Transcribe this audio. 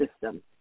system